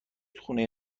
خونه